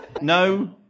No